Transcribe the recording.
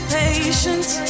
patience